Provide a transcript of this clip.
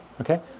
Okay